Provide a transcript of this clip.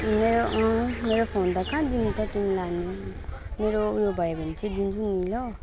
मेरो अँ मेरो फोन त कहाँ दिनु त तिमीलाई अनि मेरो ऊ यो भने चाहिँ दिन्छु नि ल